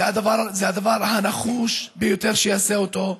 זה הדבר הנחוש ביותר שיעשה אותו.